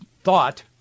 thought